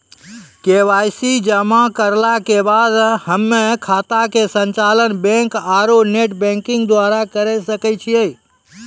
KYC जमा करला के बाद हम्मय खाता के संचालन बैक आरू नेटबैंकिंग द्वारा करे सकय छियै?